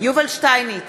יובל שטייניץ,